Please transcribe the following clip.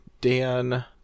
Dan